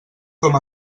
com